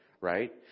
right